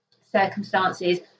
circumstances